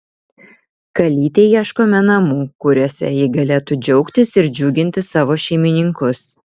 kalytei ieškome namų kuriuose ji galėtų džiaugtis ir džiuginti savo šeimininkus